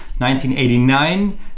1989